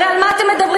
הרי על מה אתם מדברים?